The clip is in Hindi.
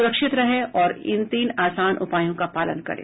सुरक्षित रहें और इन तीन आसान उपायों का पालन करें